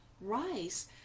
rice